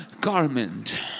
garment